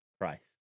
Christ